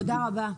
תודה רבה.